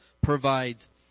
provides